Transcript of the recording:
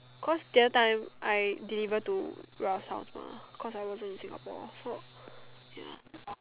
cause the other time I deliver to Ralph's house mah cause I wasn't in Singapore so ya